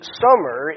summer